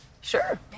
Sure